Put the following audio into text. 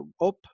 up